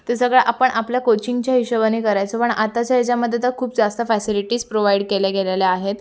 ते सगळं आपण आपल्या कोचिंगच्या हिशोबाने करायचो पण आत्ताच्या ह्याच्यामध्ये तर खूप जास्त फॅसिलिटीज प्रोव्हाईड केल्या गेलेल्या आहेत